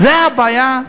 זה הבעיה?